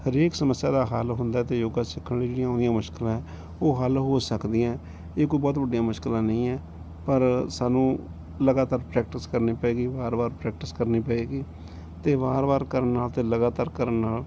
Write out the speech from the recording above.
ਹਰੇਕ ਸਮੱਸਿਆ ਦਾ ਹੱਲ ਹੁੰਦਾ ਅਤੇ ਯੋਗਾ ਸਿੱਖਣ ਲਈ ਜਿਹੜੀਆਂ ਆਉਂਦੀਆਂ ਮੁਸ਼ਕਿਲਾਂ ਉਹ ਹੱਲ ਹੋ ਸਕਦੀਆਂ ਇਹ ਕੋਈ ਬਹੁਤ ਵੱਡੀਆਂ ਮੁਸ਼ਕਿਲਾਂ ਨਹੀਂ ਹੈ ਪਰ ਸਾਨੂੰ ਲਗਾਤਾਰ ਪ੍ਰੈਕਟਿਸ ਕਰਨੀ ਪਏਗੀ ਵਾਰ ਵਾਰ ਪ੍ਰੈਕਟਿਸ ਕਰਨੀ ਪਏਗੀ ਅਤੇ ਵਾਰ ਵਾਰ ਕਰਨ ਵਾਸਤੇ ਲਗਾਤਾਰ ਕਰਨ ਨਾਲ